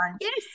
Yes